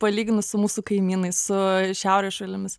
palyginus su mūsų kaimynais su šiaurės šalimis